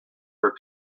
her